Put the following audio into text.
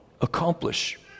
accomplish